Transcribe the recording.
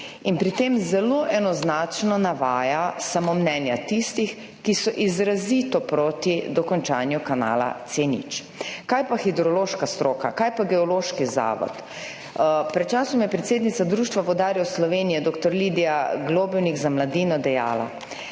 in pri tem zelo enoznačno navaja samo mnenja tistih, ki so izrazito proti dokončanju kanala C0. Kaj pa hidrološka stroka, kaj pa geološki zavod? Pred časom je predsednica Društva vodarjev Slovenije dr. Lidija Globelnik za Mladino dejala: